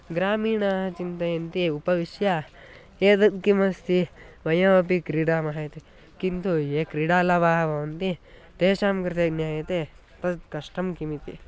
ग्रामीणाः चिन्तयन्ति उपविश्य एतत् किमस्ति वयमपि क्रीडामः इति किन्तु ये क्रीडालावः भवन्ति तेषां कृते ज्ञायते तत् कष्टं किमिति